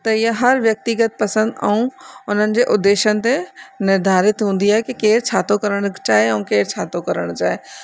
त इअं हर व्यक्तिगत पसंदि ऐं उन्हनि जे उद्देश्यनि ते निर्धारित हूंदी आहे की केरु छा थो करणु चाहे ऐं केरु छा थो करणु चाहे